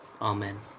amen